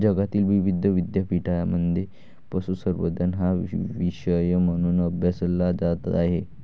जगातील विविध विद्यापीठांमध्ये पशुसंवर्धन हा विषय म्हणून अभ्यासला जात आहे